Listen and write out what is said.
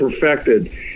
perfected